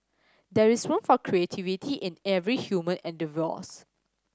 there is room for creativity in every human endeavours